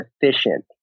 efficient